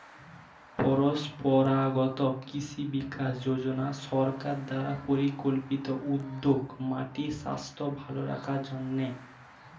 পরম্পরাগত কৃষি বিকাশ যোজনা সরকার দ্বারা পরিকল্পিত উদ্যোগ মাটির স্বাস্থ্য ভাল করার জন্যে